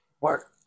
Work